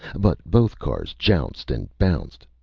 but both cars jounced and bounced.